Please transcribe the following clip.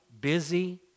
busy